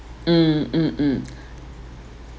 mm mm mm